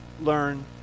learn